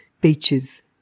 beaches